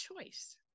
choice